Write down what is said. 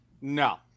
No